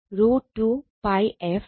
44 f N ∅max ആണ്